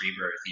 Rebirth